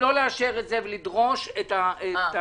לאשר את זה ולדרוש את ההמשך.